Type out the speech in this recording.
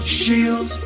shield